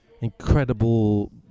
incredible